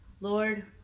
Lord